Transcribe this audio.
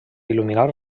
il·luminar